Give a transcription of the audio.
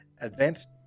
advanced